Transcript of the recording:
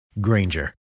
granger